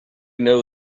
know